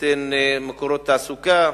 וייתן מקורות תעסוקה.